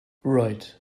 right